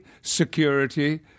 security